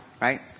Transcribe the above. Right